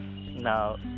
Now